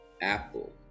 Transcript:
Apple